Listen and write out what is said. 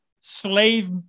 slave